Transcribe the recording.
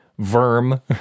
Verm